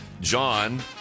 John